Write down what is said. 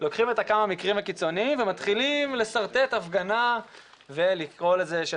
לוקחים את הכמה מקרים הקיצוניים ומתחילים לשרטט הפגנה ולקרוא לזה של